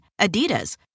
Adidas